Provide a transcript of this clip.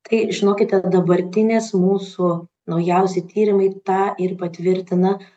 tai žinokite dabartinės mūsų naujausi tyrimai tą ir patvirtina